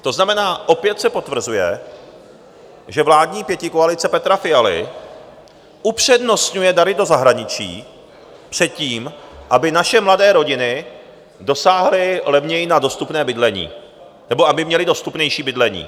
To znamená, opět se potvrzuje, že vládní pětikoalice Petra Fialy upřednostňuje dary do zahraničí před tím, aby naše mladé rodiny dosáhly levněji na dostupné bydlení, nebo aby měly dostupnější bydlení.